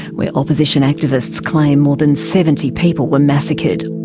where opposition activists claim more than seventy people were massacred.